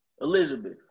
Elizabeth